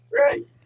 Right